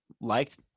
liked